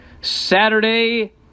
Saturday